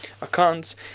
accounts